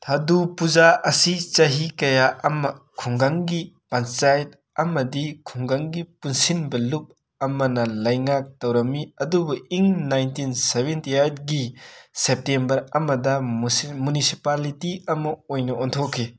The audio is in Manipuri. ꯊꯥꯗꯨ ꯄꯨꯖꯥ ꯑꯁꯤ ꯆꯍꯤ ꯀꯌꯥ ꯑꯃ ꯈꯨꯡꯒꯪꯒꯤ ꯄꯟꯆꯥꯌꯠ ꯑꯃꯗꯤ ꯈꯨꯡꯒꯪꯒꯤ ꯄꯨꯟꯁꯤꯟꯕ ꯂꯨꯞ ꯑꯃꯅ ꯂꯩꯉꯥꯛ ꯇꯧꯔꯝꯃꯤ ꯑꯗꯨꯕꯨ ꯏꯪ ꯅꯥꯏꯟꯇꯤꯟ ꯁꯕꯦꯟꯇꯤ ꯑꯥꯏꯠꯀꯤ ꯁꯦꯞꯇꯦꯝꯕꯔ ꯑꯃꯗ ꯃꯨꯁꯤꯟ ꯃꯨꯅꯤꯁꯤꯄꯥꯂꯤꯇꯤ ꯑꯃ ꯑꯣꯏꯅ ꯑꯣꯟꯊꯣꯛꯈꯤ